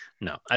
No